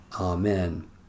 Amen